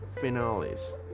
finales